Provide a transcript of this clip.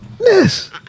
Yes